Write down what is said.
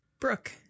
Brooke